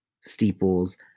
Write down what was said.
steeples